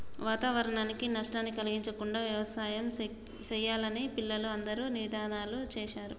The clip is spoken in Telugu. వాతావరణానికి నష్టాన్ని కలిగించకుండా యవసాయం సెయ్యాలని పిల్లలు అందరూ నినాదాలు సేశారు